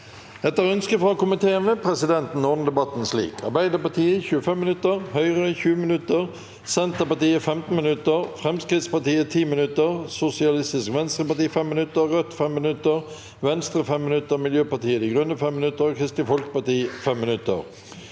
forsvarskomiteen vil presidenten ordne debatten slik: Arbeiderpartiet 25 minutter, Høyre 20 minutter, Senterpartiet 15 minutter, Fremskrittspartiet 10 minutter, Sosialistisk Venstreparti 5 minutter, Rødt 5 minutter, Venstre 5 minutter, Miljøpartiet De Grønne 5 minutter og Kristelig Folkeparti 5 minutter.